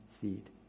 seed